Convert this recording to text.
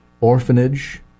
orphanage